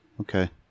okay